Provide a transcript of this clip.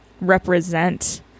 represent